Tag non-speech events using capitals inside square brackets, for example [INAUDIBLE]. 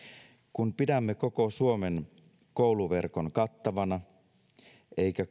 kun pidämme koko suomen kouluverkon kattavana eikä [UNINTELLIGIBLE]